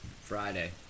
Friday